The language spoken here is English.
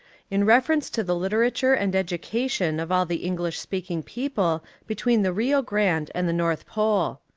in reference to the literature and education of all the english-speaking people between the rio grande and the north pole.